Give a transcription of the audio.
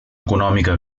econòmica